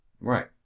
Right